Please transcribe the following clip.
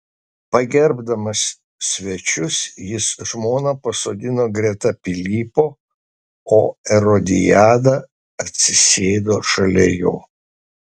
pagerbdamas svečius jis žmoną pasodino greta pilypo o erodiadą atsisėdo šalia jo